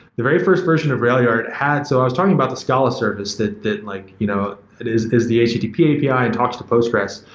the very first version of railyard had so i was talking about the scala service that that like you know is is the http api and talks to postgres.